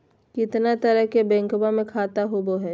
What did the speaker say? कितना तरह के बैंकवा में खाता होव हई?